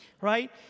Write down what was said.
right